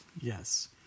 Yes